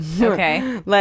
Okay